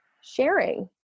sharing